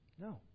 No